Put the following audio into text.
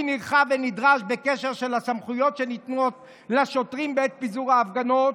נרחב ונדרש בהקשר של הסמכויות שניתנות לשוטרים בעת פיזור ההפגנות.